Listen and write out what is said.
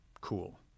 cool